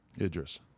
Idris